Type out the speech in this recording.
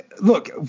look